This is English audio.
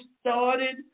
started